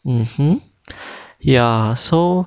mmhmm ya so